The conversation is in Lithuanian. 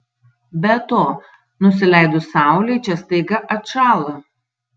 be to nusileidus saulei čia staigiai atšąla